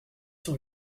son